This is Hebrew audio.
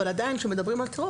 אבל עדיין כשמדברים על טרור,